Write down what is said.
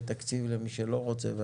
תקציב לבין מי שלא רוצה שיהיה תקציב,